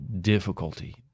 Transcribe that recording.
difficulty